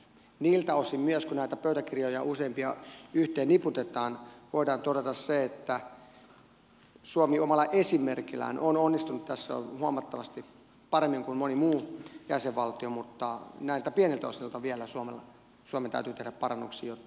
niiltä osin myös kun näitä pöytäkirjoja useampia yhteen niputetaan voidaan todeta se että suomi omalla esimerkillään on onnistunut tässä huomattavasti paremmin kuin moni muu jäsenvaltio mutta näiltä pieniltä osin vielä suomen täytyy tehdä parannuksia jotta voidaan yhdenmukaisuus taata kaikille